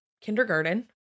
kindergarten